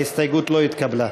ההסתייגות לא התקבלה.